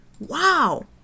Wow